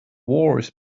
wars